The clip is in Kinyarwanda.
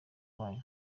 kwanyu